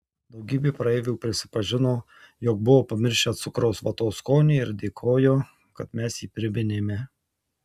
daugybė praeivių prisipažino jog buvo pamiršę cukraus vatos skonį ir dėkojo kad mes jį priminėme